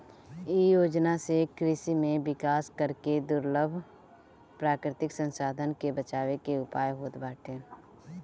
इ योजना से कृषि में विकास करके दुर्लभ प्राकृतिक संसाधन के बचावे के उयाय होत बाटे